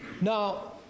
Now